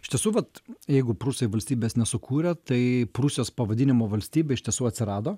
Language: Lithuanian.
iš tiesų vat jeigu prūsai valstybės nesukūrė tai prūsijos pavadinimo valstybė iš tiesų atsirado